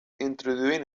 introduint